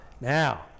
now